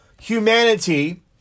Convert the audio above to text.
humanity